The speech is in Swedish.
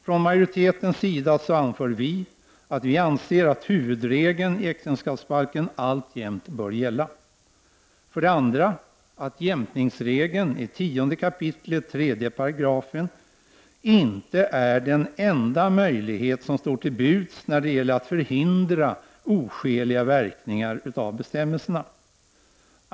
Från majoritetens sida anser vi för det första att huvudregeln i äktenskapsbalken alltjämt bör gälla, för det andra att jämkningsregeln i 10 kap. 3 § inte är den enda möjlighet som står till buds när det gäller att förhindra oskäliga verkningar av bestämmelserna.